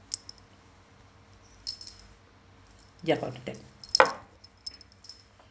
ya